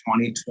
2020